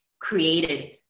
created